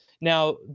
Now